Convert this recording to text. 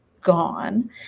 gone